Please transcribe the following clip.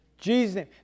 Jesus